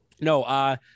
no